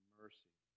mercy